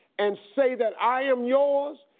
and say that i am yours,